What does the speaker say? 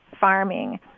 farming